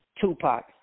tupac